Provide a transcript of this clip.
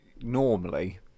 normally